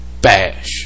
Bash